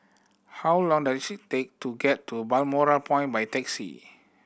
how long does it take to get to Balmoral Point by taxi